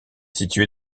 située